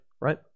right